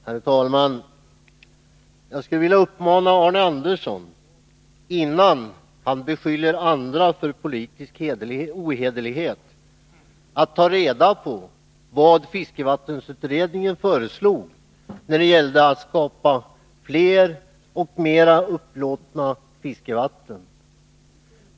Herr talman! Jag skulle vilja uppmana Arne Andersson i Ljung att, innan han beskyller andra för politisk ohederlighet, ta reda på vad fiskevattensutredningen föreslagit när det gäller att skapa fler och mera upplåtna fiskevatten.